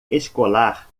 escolar